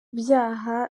byaha